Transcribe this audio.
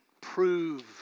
prove